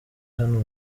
hano